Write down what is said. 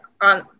on